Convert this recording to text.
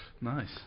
Nice